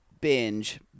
binge